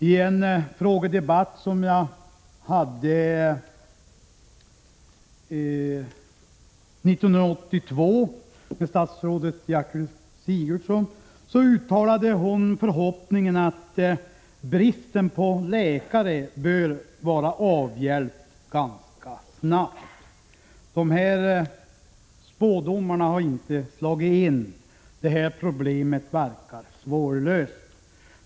I en frågedebatt som jag samma år hade med statsrådet Gertrud Sigurdsen uttalade hon förhoppningen att bristen på läkare skulle vara avhjälpt ganska snart. Dessa spådomar har inte slagit in. Problemet verkar svårlöst.